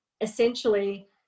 essentially